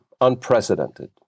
unprecedented